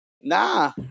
Nah